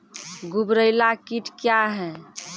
गुबरैला कीट क्या हैं?